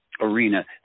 arena